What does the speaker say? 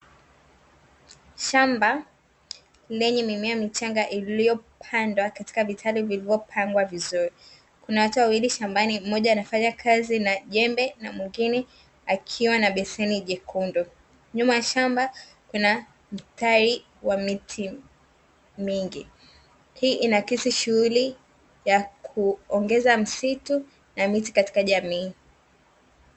Shamba lenye mimea michanga iliyopandwa katika vitalu vilivyopangwa vizuri. Kuna watu wawili shambani mmoja anafanya kazi na jembe na mwingine akiwa na beseni jekundu. Nyuma ya shamba kuna mstari wa miti mingi, hii inaakisi shughuli ya kuongeza msitu na miti katika jamii.